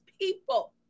people